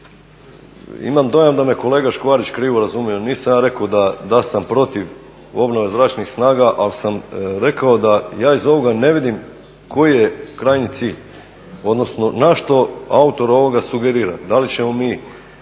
imam dojam da me kolega Škvarić krivo razumije, nisam ja rekao da sam protiv obnove zračnih snaga ali sam rekao da iz ovoga ne vidim koji je krajnji cilj odnosno na što autor ovoga sugerira. Da li ćemo mi